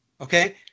Okay